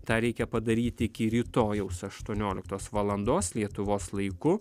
tą reikia padaryti iki rytojaus aštuonioliktos valandos lietuvos laiku